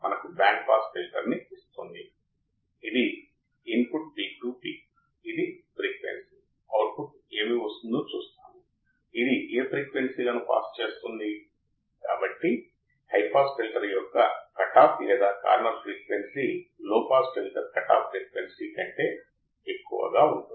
కాబట్టి మనం చూద్దాం ఒక్క స్వీయ నియంత్రిత ప్రతికూల ఫీడ్బ్యాక్ పాలనలో తప్పఅనంతమైన గైన్ వ్యర్థమని అంటే నేను ప్రతికూల ఫీడ్బ్యాక్ వర్తింపజేస్తే నేను ఎంచుకున్న రెసిస్టర్లు లేదా భాగాల ప్రకారం నా గైన్ లను సర్దుబాటు చేయవచ్చు